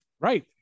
Right